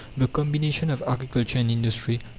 the combination of agriculture and industry,